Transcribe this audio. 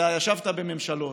אתה ישבת בממשלות: